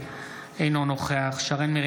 אינו נוכח גלית דיסטל